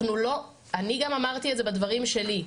אני גם אמרתי את זה בדברים שלי.